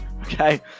okay